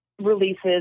releases